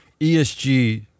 ESG